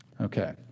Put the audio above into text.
Okay